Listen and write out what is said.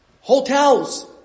Hotels